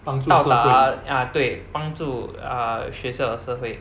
报答 ah 对帮助 uh 学校和社会